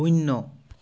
শূন্য